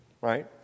Right